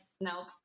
nope